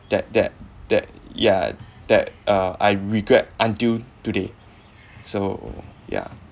that that that yeah that uh I regret until today so ya